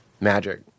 magic